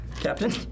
Captain